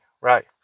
right